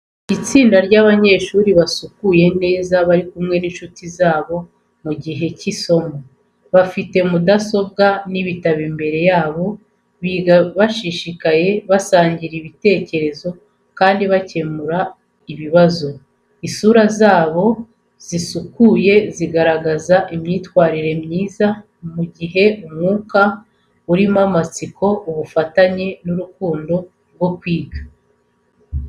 Itsinda ry’abanyeshuri basukuye neza bari kumwe n’inshuti zabo mu gihe cy’isomo. Bafite mudasobwa n’ibitabo imbere yabo, biga bishishikaye, basangira ibitekerezo kandi bakemura ibibazo. Isura zabo zisukuye zigaragaza imyitwarire myiza, mu gihe umwuka urimo amatsiko, ubufatanye n’urukundo rwo kwiga.